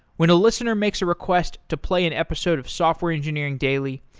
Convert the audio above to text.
when a listener makes a request to play an episode of software engineering daily,